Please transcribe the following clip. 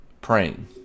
praying